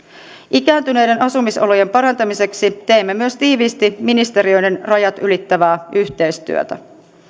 ikääntyneiden asumisolojen parantamiseksi teemme myös tiiviisti ministeriöiden rajat ylittävää yhteistyötä